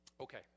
Okay